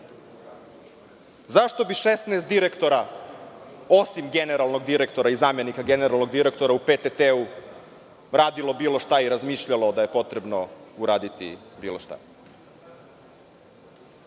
Zašto bi 16 direktora, osim generalnog direktora i zamenika generalnog direktora u PTT radilo bilo šta i razmišljalo da je potrebno uraditi bilo šta? Kako